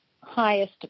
highest